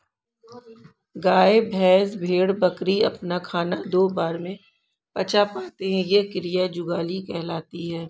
गाय, भैंस, भेड़, बकरी अपना खाना दो बार में पचा पाते हैं यह क्रिया जुगाली कहलाती है